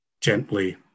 gently